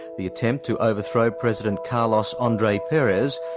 the attempt to overthrow president carlos andre perez,